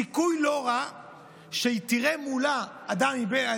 סיכוי לא רע שכשהיא תראה מולה אדם מבני